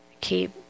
keep